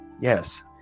Yes